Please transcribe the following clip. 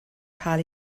cael